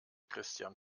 christian